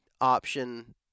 option